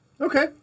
Okay